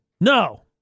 no